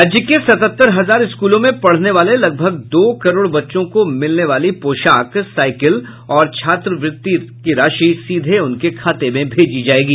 राज्य के सतहत्तर हजार स्कूलों में पढ़ने वाले लगभग दो करोड़ बच्चों को मिलने वाली पोशाक साईकिल और छात्रवृति राशि सीधे उनके खाते में भेजी जायेगी